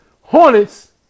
Hornets